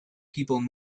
people